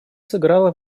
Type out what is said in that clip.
сыграла